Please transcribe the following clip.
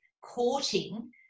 courting